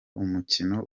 umukino